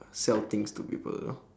sell things to people you know